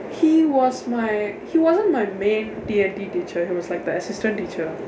he was my he wasn't my main D and T teacher he was like the assistant teacher